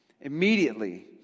Immediately